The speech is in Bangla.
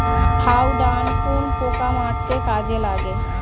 থাওডান কোন পোকা মারতে কাজে লাগে?